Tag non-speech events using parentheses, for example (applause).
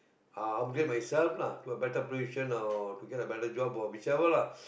upgrade myself lah to a better position or to get a better job or whichever lah (breath)